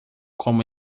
como